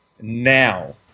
now